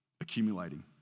accumulating